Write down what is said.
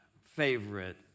favorite